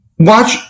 Watch